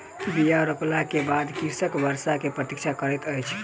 बीया रोपला के बाद कृषक वर्षा के प्रतीक्षा करैत अछि